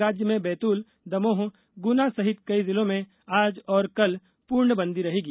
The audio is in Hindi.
राज्य में बैतूल दमोह गुना सहित कई जिलों में आज और कल पूर्णबंदी रहेगी